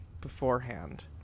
beforehand